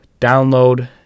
download